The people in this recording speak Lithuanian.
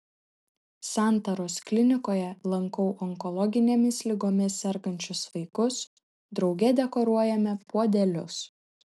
santaros klinikoje lankau onkologinėmis ligomis sergančius vaikus drauge dekoruojame puodelius